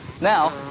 Now